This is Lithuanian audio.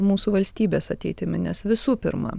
mūsų valstybės ateitimi nes visų pirma